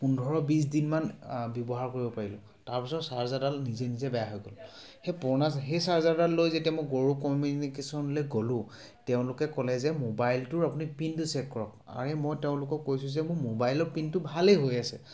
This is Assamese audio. পোন্ধৰ বিশদিন মান ব্যৱহাৰ কৰিব পাৰিলোঁ তাৰপিছত চাৰ্জাৰডাল নিজে নিজে বেয়া হৈ গ'ল সেই পুৰণা সেই চাৰ্জাৰডাল লৈ যেতিয়া মই কৌৰৱ কমিউনিকেশ্যনলৈ গ'লোঁ তেওঁলোকে ক'লে যে মোবাইলটোৰ আপুনি পিনটো চে'ক কৰক আৰে মই তেওঁলোকক কৈছোঁ যে মোৰ মোবাইল পিনটো ভালে হৈ আছে